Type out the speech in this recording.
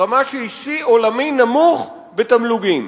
רמה של שיא עולמי נמוך בתמלוגים.